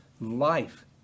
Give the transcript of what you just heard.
life